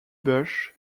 bush